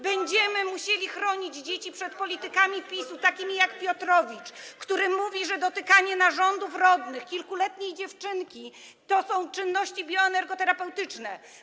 Będziemy musieli chronić dzieci przed politykami PiS-u, takimi jak Piotrowicz, który mówi, że dotykanie narządów rodnych kilkuletniej dziewczynki to czynności bioenergoterapeutyczne.